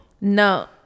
No